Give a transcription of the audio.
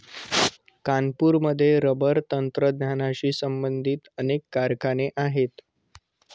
कानपूरमध्ये रबर तंत्रज्ञानाशी संबंधित अनेक कारखाने आहेत